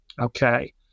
okay